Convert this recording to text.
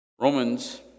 Romans